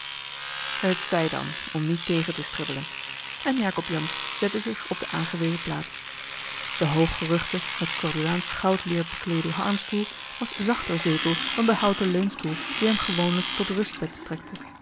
het zij dan om niet tegen te stribbelen en acob ansz zette zich op de aangewezen plaats de hooggerugde met corduaansche goudleer bekleede armstoel was zachter zetel dan de houten leunstoel die hem gewoonlijk tot rustbed strekte